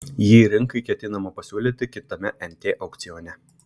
jį rinkai ketinama pasiūlyti kitame nt aukcione